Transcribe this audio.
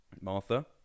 Martha